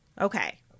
Okay